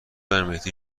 امیرمهدی